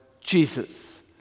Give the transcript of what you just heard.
Jesus